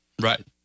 Right